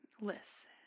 Listen